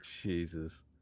jesus